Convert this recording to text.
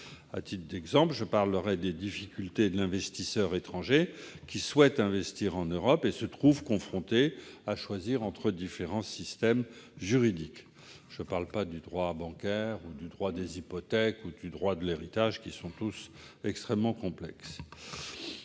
À titre d'exemple, je parlerai des difficultés de l'investisseur étranger, qui, souhaitant investir en Europe, se trouve confronté à un choix entre différents systèmes juridiques. Je ne parle pas du droit bancaire, du droit des hypothèques ou du droit de l'héritage, qui sont tous extrêmement complexes.